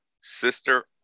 sister